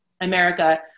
America